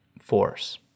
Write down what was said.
force